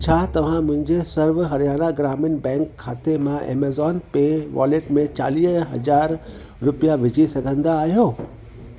छा तव्हां मुंहिंजे सर्व हरियाणा ग्रामीण बैंक खाते मां ऐमज़ॉन पे वॉलेट में चालीह हज़ार रुपिया विझी सघंदा आहियो